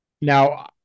Now